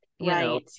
Right